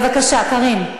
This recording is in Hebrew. בבקשה, קארין.